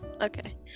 Okay